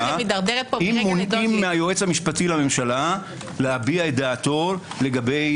אם מונעים מהיועץ המשפטי לממשלה להביע עמדתו לגבי